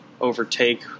overtake